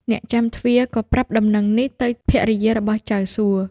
អ្នកចាំទ្វារក៏ប្រាប់ដំណឹងនេះទៅភរិយារបស់ចៅសួ។